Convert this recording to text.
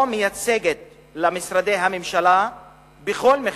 או מייצגת, של משרדי הממשלה בכל מחיר,